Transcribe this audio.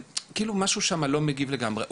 משהו שם לא מגיב לגמרי.